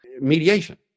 mediation